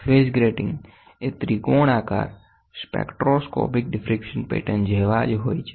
phase grating એ ત્રીકોણાકાર જેવા સ્પેક્ટ્રોસ્કોપીક ડિફરેકશન પેટર્ન જ હોય છે